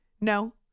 No